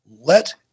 Let